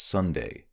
Sunday